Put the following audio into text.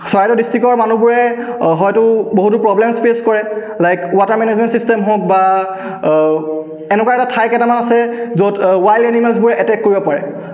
চৰাইদেউ ডিষ্ট্ৰিক্টৰ মানুহবোৰে হয়টো বহুতো প্ৰব্লেমছ ফে'চ কৰে লাইক ৱাটাৰ মেনেজমেণ্ট চিষ্টেম হওক বা এনেকুৱা এটা ঠাই কেইটামান আছে য'ত ৱাইল্ড এনিমেলছবোৰে এটেক কৰিব পাৰে